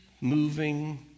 moving